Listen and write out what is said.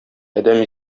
адәм